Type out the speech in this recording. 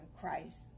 Christ